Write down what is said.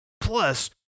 Plus